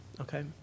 okay